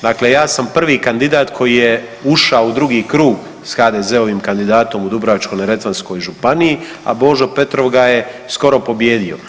Dakle, ja sam prvi kandidat koji je ušao u drugi krug s HDZ-ovim kandidatom u Dubrovačko-neretvanskoj županiji, a Božo Petrov ga je skoro pobijedio.